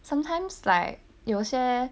sometimes like 有些